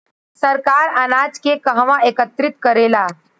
सरकार अनाज के कहवा एकत्रित करेला?